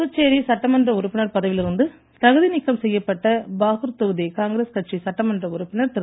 புதுச்சேரி சட்டமன்ற உறுப்பினர் பதவியில் இருந்து தகுதி நீக்கம் செய்யப்பட்ட பாகூர் தொகுதி காங்கிரஸ் கட்சி சட்டமன்ற உறுப்பினர் திரு